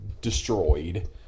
destroyed